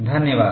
धन्यवाद